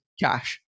cash